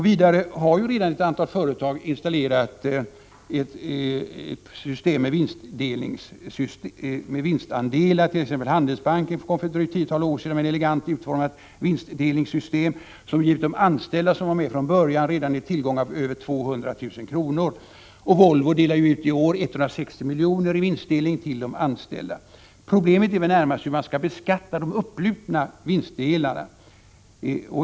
Vidare har ju redan ett antal företag installerat ett system med vinstandelar. Som exempel kan nämnas att Handelsbanken för ett drygt tiotal år sedan kom med ett elegant utformat vinstdelningssystem, som redan givit de anställda som var med från början tillgångar på över 200 000 kr. Volvo delar juiårut 160 milj.kr. i vinstdelning till de anställda. Problemet är väl närmast hur man skall beskatta de upplupna vinstdelarna.